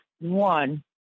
One